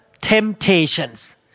temptations